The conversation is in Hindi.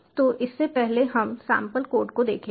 तो इससे पहले हम सैंपल कोड को देखेंगे